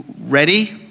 ready